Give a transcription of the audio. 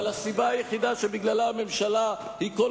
אבל הסיבה היחידה שבגללה הממשלה היא כל